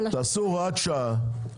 תעשו הוראת שעה.